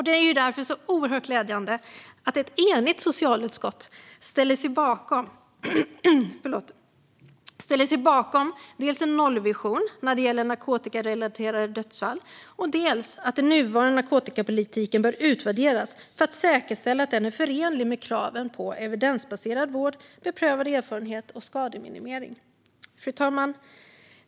Det är därför oerhört glädjande att ett enigt socialutskott ställer sig bakom dels en nollvision när det gäller narkotikarelaterade dödsfall, dels att den nuvarande narkotikapolitiken bör utvärderas för att säkerställa att den är förenlig med kraven på evidensbaserad vård, beprövad erfarenhet och skademinimering. Fru talman!